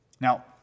Now